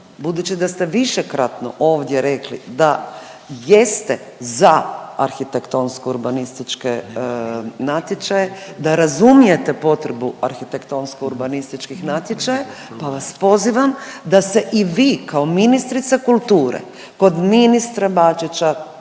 budući da ste višekratno ovdje rekli da jeste za arhitektonsko-urbanističke natječaje, da razumijete potrebu arhitektonsko-urbanističkih natječaja, pa vas pozivam da se i vi kao ministrica kulture kod ministra Bačića